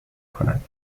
کند